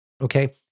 Okay